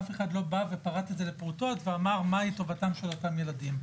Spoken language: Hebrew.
אף אחד לא בא ופרט את זה לפרוטות ואמר מהי טובתם של אותם ילדים.